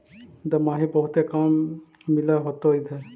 दमाहि बहुते काम मिल होतो इधर?